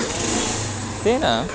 तेन